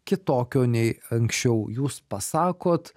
kitokio nei anksčiau jūs pasakot